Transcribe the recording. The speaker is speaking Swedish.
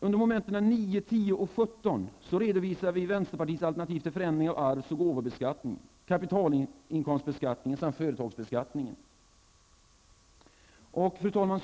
Under momenten 9, 10 och 17 redovisar vi vänsterpartiet alternativen till förändringar av arvsoch gåvobeskattningen, kapitalinkomstbeskattningen och företagsbeskattningen.